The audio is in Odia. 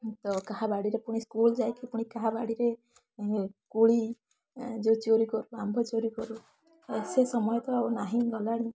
ତ କାହା ବାଡ଼ିରେ ପୁଣି ସ୍କୁଲ ଯାଇକି ପୁଣି କାହା ବାଡ଼ିରେ କୁଳି ଯେଉଁ ଚୋରି କରୁ ଆମ୍ବ ଚୋରି କରୁ ସେ ସମୟ ତ ଆଉ ନାହିଁ ଗଲାଣି